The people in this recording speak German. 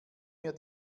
mir